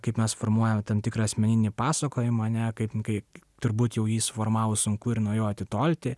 kaip mes formuojam tam tikrą asmeninį pasakojimą ne kaip kai turbūt jau jį suformavus sunku ir nuo jo atitolti